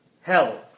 hell